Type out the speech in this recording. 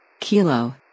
Kilo